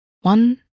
One